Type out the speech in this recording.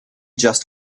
just